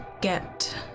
get